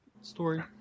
story